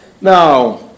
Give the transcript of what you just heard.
Now